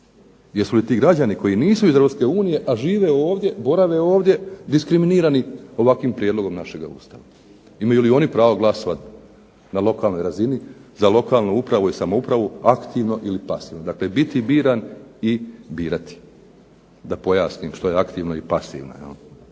Jesu li ti građani koji nisu iz Europske unije, a žive ovdje, borave ovdje diskriminirani ovakvim prijedlogom našega Ustava. Imaju li oni pravo glasovati na lokalnoj razini za lokalnu upravu i samoupravu aktivno ili pasivno. Dakle, biti biran i birati. Da pojasnim što je aktivno i pasivno.